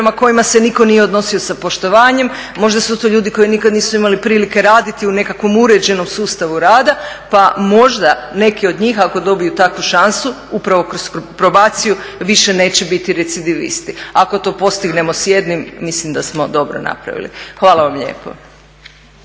kojima se nitko nije odnosio sa poštovanjem, možda su to ljudi koji nikad nisu imali prilike raditi u nekakvom uređenom sustavu rada pa možda neke od njih, ako dobiju takvu šansu, upravo kroz probaciju, više neće biti …. Ako to postignemo s jednim, mislim da smo dobro napravili. Hvala vam lijepo.